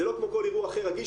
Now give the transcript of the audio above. זה לא כמו כל אירוע אחר רגיש,